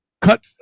Cut